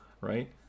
right